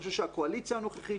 אני חושב שהקואליציה הנוכחית,